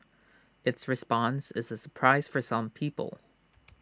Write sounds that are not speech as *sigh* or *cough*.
its response is A surprise for some people *noise*